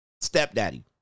Stepdaddy